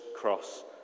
cross